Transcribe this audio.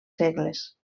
segles